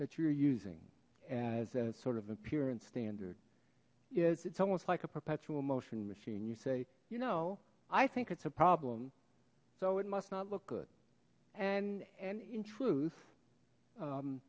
that you're using as a sort of appearance standard is it's almost like a perpetual motion machine you say you know i think it's a problem so it must not look good and and in truth